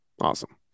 Awesome